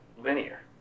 linear